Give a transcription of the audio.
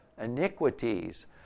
iniquities